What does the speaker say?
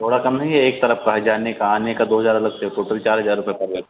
थोड़ा कम नहीं यह एक तरफ का है जाने का आने का दो हज़ार अलग से टोटल चार हज़ार रुपये पड़